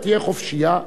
ותהיה חופשייה.